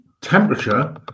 temperature